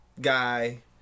guy